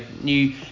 new